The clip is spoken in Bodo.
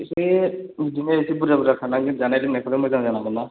एसे बिदिनो एसे बुरजा बुरजा खांनांगोन जानाय लोंनायफोरा मोजां जानांगोनना